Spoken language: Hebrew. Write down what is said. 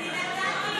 אני נתתי על חשבוני.